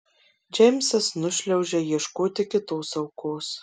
džeimsas nušliaužia ieškoti kitos aukos